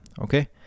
okay